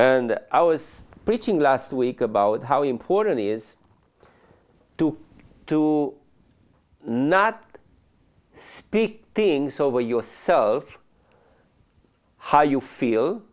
e i was preaching last week about how important is to not speak things over yourself how you feel